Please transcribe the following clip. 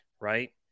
right